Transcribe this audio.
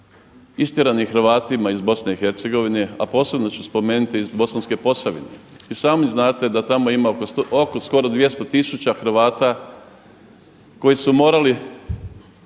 istjeranim Hrvatima iz BIH a posebno ću spomenuti iz Bosanske Posavine. I sami znate da tamo ima oko skoro 200 tisuća Hrvata koji su morali